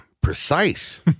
precise